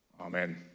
amen